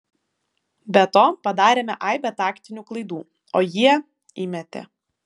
be to padarėme aibę taktinių klaidų o jie įmetė